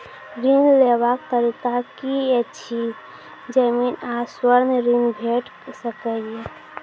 ऋण लेवाक तरीका की ऐछि? जमीन आ स्वर्ण ऋण भेट सकै ये?